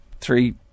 three